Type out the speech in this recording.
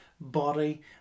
body